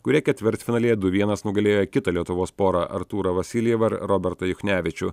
kurie ketvirtfinalyje du vienas nugalėjo kitą lietuvos porą artūrą vasiljevą ir robertą juchnevičių